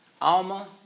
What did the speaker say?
Alma